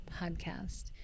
podcast